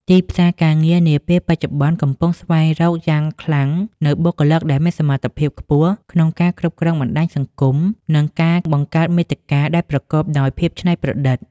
ទីផ្សារការងារនាពេលបច្ចុប្បន្នកំពុងស្វែងរកយ៉ាងខ្លាំងនូវបុគ្គលិកដែលមានសមត្ថភាពខ្ពស់ក្នុងការគ្រប់គ្រងបណ្តាញសង្គម និងការបង្កើតមាតិកាដែលប្រកបដោយភាពច្នៃប្រឌិត។